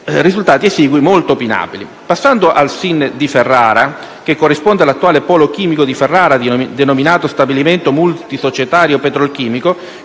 risultati esigui molto opinabili. Passando al SIN di Ferrara, che corrisponde all'attuale Polo chimico di Ferrara, denominato Stabilimento multisocietario petrolchimico,